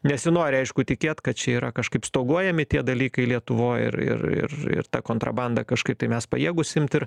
nesinori aišku tikėt kad čia yra kažkaip stoguojami tie dalykai lietuvoj ir ir ir ir tą kontrabandą kažkaip tai mes pajėgūs imt ir